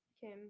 Kim